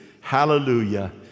hallelujah